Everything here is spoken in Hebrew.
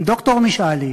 ד"ר משאלי